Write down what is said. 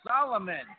Solomon